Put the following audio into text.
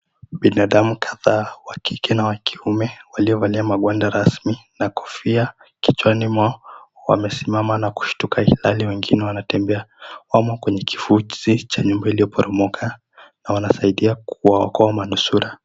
Binadamu kadhaa wakiume na wakike waliovalia magwanda rasmi na kofia kichwani mwao wamesimama na kushtuka, ilihali wengine wanatembea wamo kwenye kifusi ya nyumba iliyobomoka na wanasaidia kuwaokoa manusura.